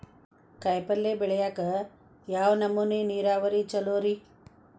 ಕಾಯಿಪಲ್ಯ ಬೆಳಿಯಾಕ ಯಾವ ನಮೂನಿ ನೇರಾವರಿ ಛಲೋ ರಿ?